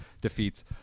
defeats